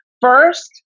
first